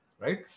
right